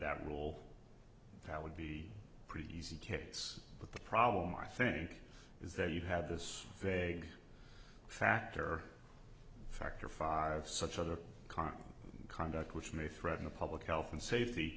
that rule that would be pretty easy carrots but the problem i think is that you have this vague factor factor five such other common conduct which may threaten the public health and safety